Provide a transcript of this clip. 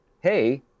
Hey